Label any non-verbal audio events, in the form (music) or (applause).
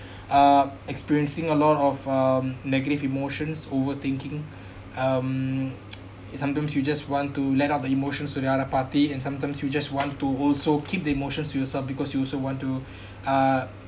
uh experiencing a lot of um negative emotions over thinking um (noise) sometimes you just want to let out the emotions to the other party and sometimes you just want to also keep the emotions to yourself because you also want to uh